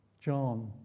John